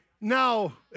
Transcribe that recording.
now